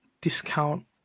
discount